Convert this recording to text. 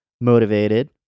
motivated